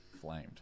Flamed